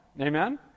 Amen